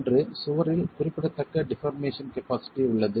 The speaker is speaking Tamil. ஒன்று சுவரில் குறிப்பிடத்தக்க டிபார்மேசன் கபாஸிட்டி உள்ளது